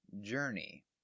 Journey